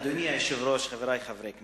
אדוני היושב-ראש, חברי חברי הכנסת,